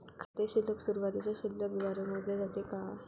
खाते शिल्लक सुरुवातीच्या शिल्लक द्वारे मोजले जाते का?